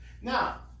Now